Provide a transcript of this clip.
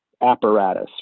apparatus